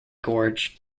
gorge